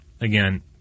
again